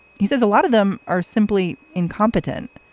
he says a lot of them are simply incompetent.